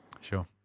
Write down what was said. Sure